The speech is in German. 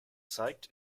zeigt